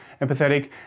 empathetic